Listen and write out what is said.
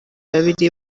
babiri